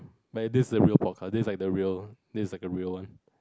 but this is a real podcast this is like the real this is like a real one